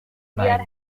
nine